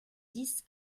dix